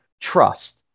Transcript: trust